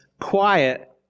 quiet